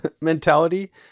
mentality